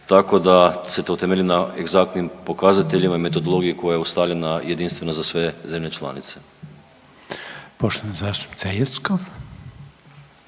Tako da se to temelji na egzaktnim pokazateljima i metodologiji koja je ustaljena jedinstveno za sve zemlje članice. **Reiner, Željko